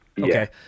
Okay